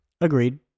Agreed